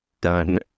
done